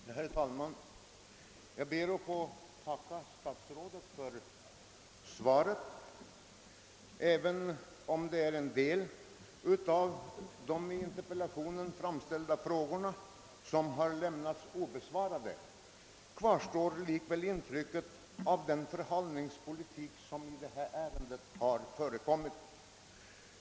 Herr talman! Jag ber att få tacka statsrådet för svaret på min interpellation. Även om en del av de i interpellationen framställda frågorna har lämnats obesvarade kvarstår likväl intrycket att det har bedrivits förhalningspolitik i detta ärende.